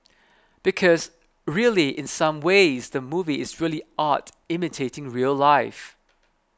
because really in some ways the movie is really art imitating real life